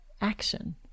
action